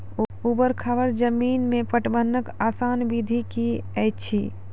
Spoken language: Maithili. ऊवर खाबड़ जमीन मे पटवनक आसान विधि की ऐछि?